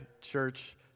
church